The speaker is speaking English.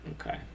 Okay